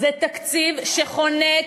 זה תקציב שחונק,